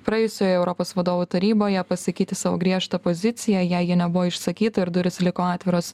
praėjusioje europos vadovų taryboje pasakyti savo griežtą poziciją jei ji nebuvo išsakyta ir durys liko atviros